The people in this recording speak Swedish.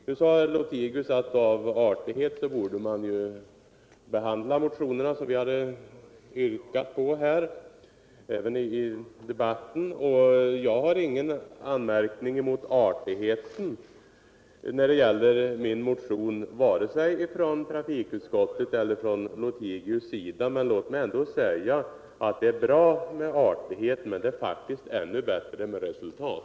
Nu sade herr Lothigius att man av artighet borde behandla motionerna i debatten. Jag har ingen anmärkning mot artigheten vid behandlingen av min motion vare sig från trafikutskottet eller från herr Lothigius, men låt mig ändå säga: det är bra med artighet, men det är faktiskt ännu bättre med resultat.